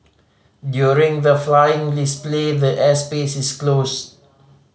during the flying display the air space is closed